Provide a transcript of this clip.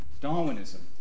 Darwinism